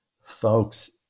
folks